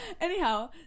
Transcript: anyhow